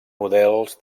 models